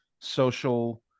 social